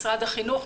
משרד החינוך,